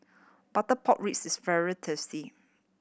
butter pork ribs is very tasty